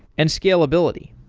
and scalability.